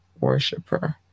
worshiper